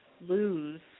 lose